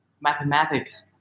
Mathematics